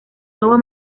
nuevo